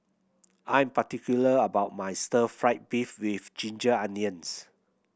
I am particular about my Stir Fry beef with ginger onions